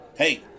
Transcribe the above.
Hey